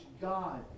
God